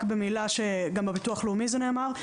רק במילה, גם בביטוח לאומי זה נאמר.